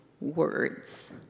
words